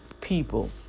people